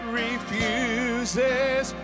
refuses